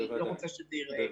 אני לא רוצה שזה ייראה כך.